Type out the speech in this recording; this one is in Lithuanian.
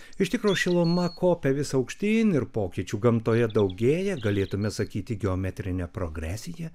iš tikro šiluma kopia vis aukštyn ir pokyčių gamtoje daugėja galėtume sakyti geometrine progresija